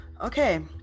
okay